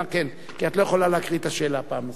כי את לא יכולה להקריא את השאלה פעם נוספת.